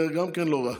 גם זה לא רע.